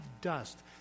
dust